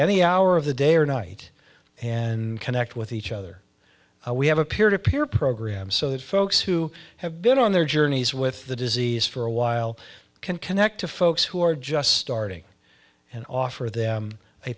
any hour of the day or night and connect with each other we have a peer to peer program so that folks who have been on their journeys with the disease for a while can connect to folks who are just starting and offer them a